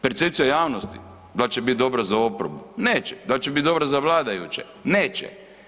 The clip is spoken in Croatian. Percepcija javnosti dal će biti dobra za oporbu, neće, dal će biti dobra za vladajuće, neće.